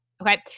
Okay